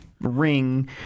ring